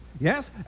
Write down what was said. Yes